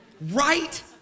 Right